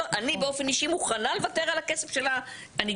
אני באופן אישי מוכנה לוותר על הכסף של הפיקדון.